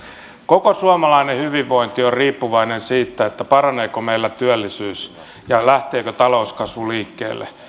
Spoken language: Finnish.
koko suomalainen hyvinvointi on riippuvainen siitä paraneeko meillä työllisyys ja lähteekö talouskasvu liikkeelle